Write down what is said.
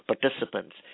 participants